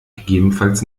gegebenenfalls